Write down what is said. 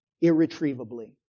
irretrievably